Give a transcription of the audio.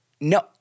No